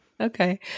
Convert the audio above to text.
Okay